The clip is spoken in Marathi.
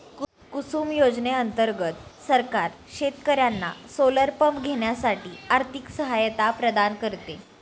कुसुम योजने अंतर्गत सरकार शेतकर्यांना सोलर पंप घेण्यासाठी आर्थिक सहायता प्रदान करते